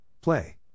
play